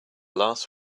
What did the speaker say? last